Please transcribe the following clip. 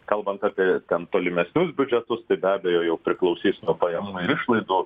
kalbant apie tolimesnius biudžetus tai be abejo jau priklausys nuo pajamų ir išlaidų